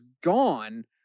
gone